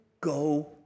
Go